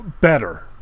better